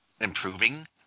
improving